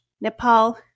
Nepal